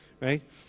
right